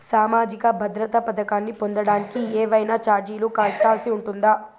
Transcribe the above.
సామాజిక భద్రత పథకాన్ని పొందడానికి ఏవైనా చార్జీలు కట్టాల్సి ఉంటుందా?